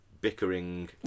bickering